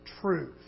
truth